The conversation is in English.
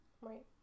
Right